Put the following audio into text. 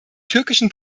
türkischen